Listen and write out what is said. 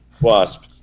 wasp